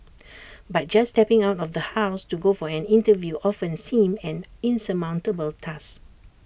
but just stepping out of the house to go for an interview often seemed an insurmountable task